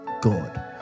god